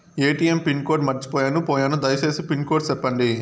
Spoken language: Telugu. ఎ.టి.ఎం పిన్ కోడ్ మర్చిపోయాను పోయాను దయసేసి పిన్ కోడ్ సెప్పండి?